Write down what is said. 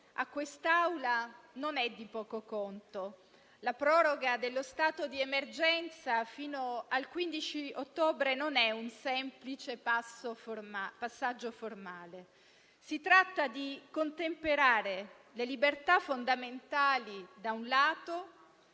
a quest'Assemblea non è di poco conto. La proroga dello stato di emergenza fino al 15 ottobre non è un semplice passaggio formale. Si tratta di contemperare le libertà fondamentali, da un lato,